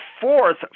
fourth